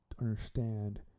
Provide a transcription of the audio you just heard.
understand